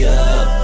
up